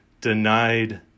denied